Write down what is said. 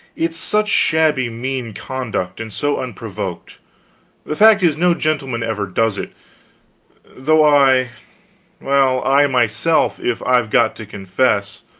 it's such shabby mean conduct and so unprovoked the fact is, no gentleman ever does it though i well, i myself, if i've got to confess